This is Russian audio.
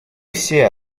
все